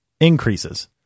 increases